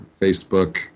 Facebook